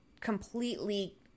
completely